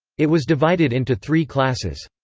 it was divided into three classes.